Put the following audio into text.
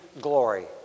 glory